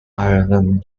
ireland